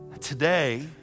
Today